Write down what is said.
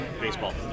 baseball